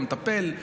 לא נטפל,